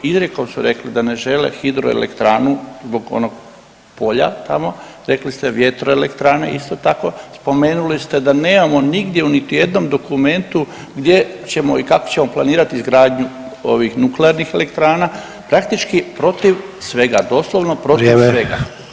Izrijekom su rekli da ne žele hidroelektranu zbog onog polja tamo, rekli ste vjetroelektrane isto tako, spomenuli ste da nemamo nigdje u niti jednom dokumentu gdje ćemo i kako ćemo planirati izgradnju ovih nuklearnih elektrana, praktički protiv svega, doslovno protiv svega.